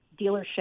dealership